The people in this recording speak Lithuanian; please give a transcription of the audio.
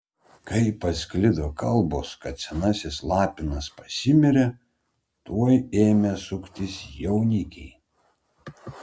kai pasklido kalbos kad senasis lapinas pasimirė tuoj ėmė suktis jaunikiai